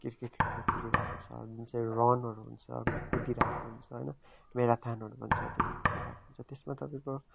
cricket खेलिरहेको छ जुन चाहिँ रनहरू हुन्छ कुदिरहेको हुन्छ होइन म्याराथनहरू भनिन्छ त्योहरू कुदिरहेको हुन्छ त्यसमा तपाईँको